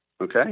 Okay